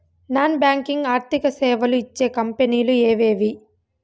Non banking ఆర్థిక సేవలు ఇచ్చే కంపెని లు ఎవేవి?